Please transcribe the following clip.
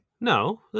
No